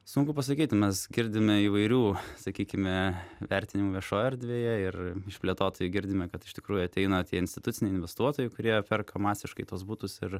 sunku pasakyti mes girdime įvairių sakykime vertinimų viešojoj erdvėje ir iš plėtotojų girdime kad iš tikrųjų ateina tie instituciniai investuotojai kurie perka masiškai tuos butus ir